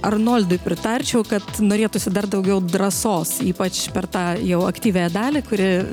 arnoldui pritarčiau kad norėtųsi dar daugiau drąsos ypač per tą jau aktyviąją dalį kuri